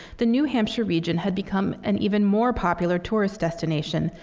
the new hampshire region had become an even more popular tourist destination,